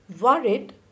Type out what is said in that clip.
Worried